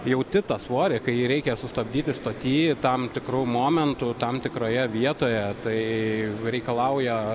jauti tą svorį kai jį reikia sustabdyti stoty tam tikru momentu tam tikroje vietoje tai reikalauja